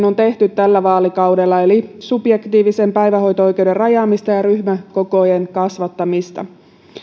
on tehty tällä vaalikaudella eli subjektiivisen päivähoito oikeuden rajaamista ja ja ryhmäkokojen kasvattamista